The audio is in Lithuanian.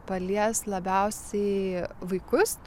palies labiausiai vaikus